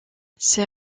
ses